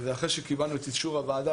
ואחרי שקיבלנו את אישור הוועדה,